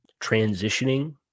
transitioning